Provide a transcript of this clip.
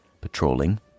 patrolling